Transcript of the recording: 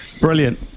Brilliant